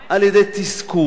על-ידי תסכול.